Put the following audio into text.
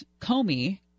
Comey